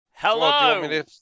Hello